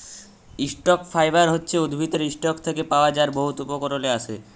stock fibre হছে উদ্ভিদের stalk থ্যাকে পাওয়া যার বহুত উপকরলে আসে